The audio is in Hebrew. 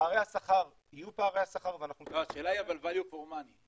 פערי השכר יהיו פערי שכר ואנחנו --- השאלה היא אבל value for money.